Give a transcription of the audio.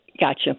gotcha